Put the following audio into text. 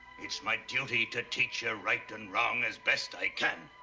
it's my duty to teach you right and wrong as best i can.